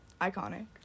iconic